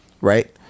right